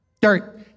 Dirt